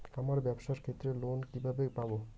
আমার ব্যবসার ক্ষেত্রে লোন কিভাবে পাব?